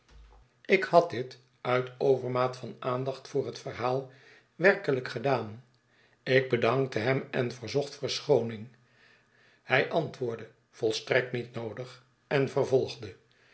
ik had dit uit overmaat van aandacht voor hetverhaal werkelijk gedaan ik bedankte hem en verzocht verschooning hij antwoordde volstrekt niet noodig en vervolgde